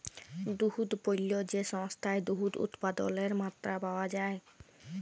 দুহুদ পল্য যে সংস্থায় দুহুদ উৎপাদলের মাত্রা পাউয়া যায়